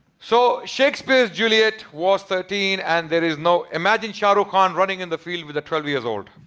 so shakespeare's juliet was thirteen and there is no. imagine shahrukh khan running in the field with a twelve years old.